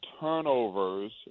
turnovers